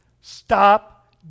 Stop